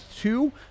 two